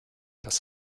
das